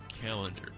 calendar